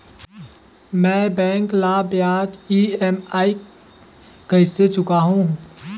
मैं बैंक ला ब्याज ई.एम.आई कइसे चुकाहू?